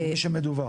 למי שמדווח.